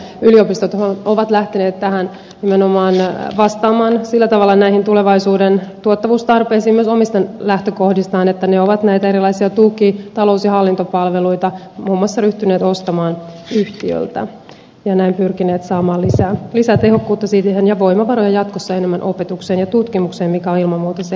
yliopistot ovat lähteneet nimenomaan vastaamaan sillä tavalla näihin tulevaisuuden tuottavuustarpeisiin myös omista lähtökohdistaan että ne ovat näitä erilaisia tuki talous ja hallintopalveluita muun muassa ryhtyneet ostamaan yhtiöltä ja näin pyrkineet saamaan lisää tehokkuutta siihen ja voimavaroja jatkossa enemmän opetukseen ja tutkimukseen mikä on ilman muuta se tavoite